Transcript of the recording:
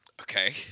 Okay